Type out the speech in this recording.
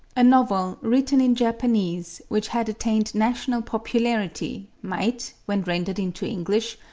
a novel written in japanese which had attained national popularity might, when rendered into english,